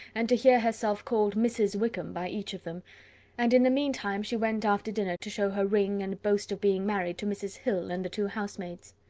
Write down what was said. and to hear herself called mrs. wickham by each of them and in the mean time, she went after dinner to show her ring, and boast of being married, to mrs. hill and the two housemaids.